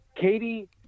Katie